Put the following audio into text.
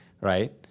right